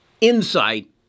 insight